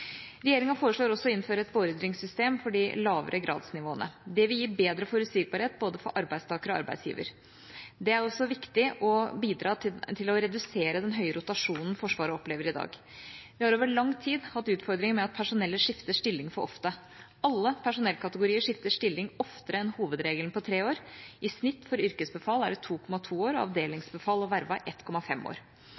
Regjeringa foreslår også å innføre et beordringssystem for de lavere gradsnivåene. Det vil gi bedre forutsigbarhet både for arbeidstaker og arbeidsgiver. Det er også viktig å bidra til å redusere den høye rotasjonen Forsvaret opplever i dag. Vi har over lang tid hatt utfordringer med at personellet skifter stilling for ofte. Alle personellkategorier skifter stilling oftere enn hovedregelen på tre år, i snitt for yrkesbefal er det 2,2 år og for avdelingsbefal og vervede 1,5 år.